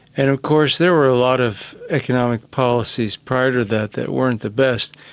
and of course there were a lot of economic policies prior to that that weren't the best.